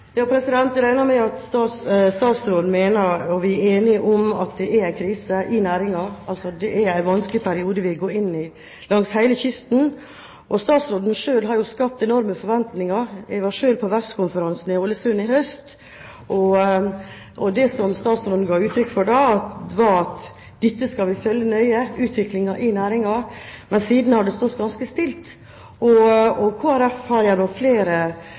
Jeg regner med at statsråden mener – og at vi er enige om – at det er krise i næringen, og at det er en vanskelig periode vi går inn i langs hele kysten. Statsråden har jo selv skapt enorme forventninger. Jeg var selv på verftskonferansen i Ålesund i høst, og det som statsråden ga uttrykk for da, var at vi skal følge utviklingen i næringen nøye. Men siden har det stått ganske stille. Og Kristelig Folkeparti har gjennom flere